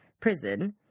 prison